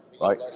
right